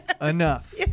enough